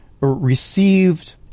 received